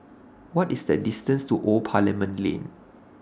What IS The distance to Old Parliament Lane